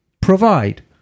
provide